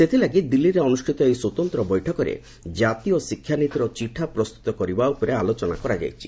ସେଥିଲାଗି ଦିଲ୍ଲୀରେ ଅନୁଷ୍ଠିତ ଏହି ସ୍ୱତନ୍ତ ବୈଠକରେ ଜାତୀୟ ଶିକ୍ଷାନୀତିର ଚିଠା ପ୍ରସ୍ତୁତ କରିବା ଉପରେ ଆଲୋଚନା କରାଯାଇଛି